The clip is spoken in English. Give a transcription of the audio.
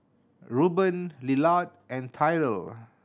Ruben Lillard and Tyrel